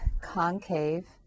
concave